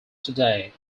today